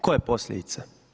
Koje posljedice?